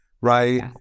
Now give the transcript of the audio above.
right